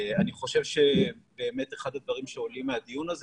אני חושב שבאמת אחד הדברים שעולים מהדיון הזה